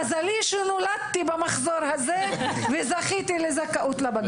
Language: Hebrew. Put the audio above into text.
מזלי שנולדתי במחזור הזה וזכיתי לזכאות לבגרות.